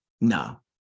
no